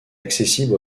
accessible